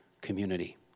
community